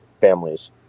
families